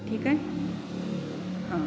ठीक आहे हां